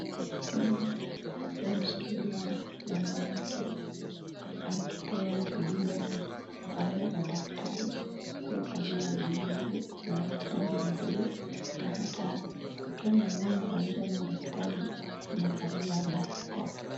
Mama akiwa ameshikilia mwana wake, akipewa huduma ya kwanza na daktari, aliyevalia glavu za rangi ya bluu na hata akiwa na mama pamoja na daktari amevalia barakoa.